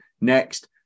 next